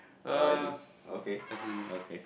orh I did okay okay